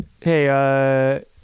hey